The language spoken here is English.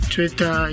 Twitter